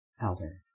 elder